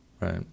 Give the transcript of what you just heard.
Right